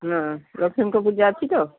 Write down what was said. ହଁ ଲକ୍ଷ୍ମୀଙ୍କ ପୂଜା ଅଛି ତ